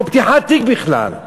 או פתיחת תיק בכלל?